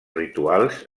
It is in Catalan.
rituals